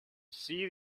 see